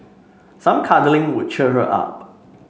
some cuddling would cheer her up